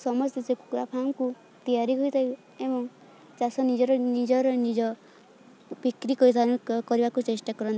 ସମସ୍ତେ ସେ କୁକୁଡ଼ା ଫାର୍ମକୁ ତିଆରି ହୋଇଥାଏ ଏବଂ ଚାଷ ନିଜର ନିଜର ନିଜ ବିକ୍ରି କରି କରିବାକୁ ଚେଷ୍ଟା କରନ୍ତି